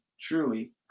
truly